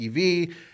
EV